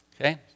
Okay